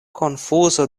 konfuzo